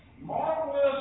marvelous